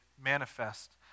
manifest